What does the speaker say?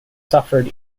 suffered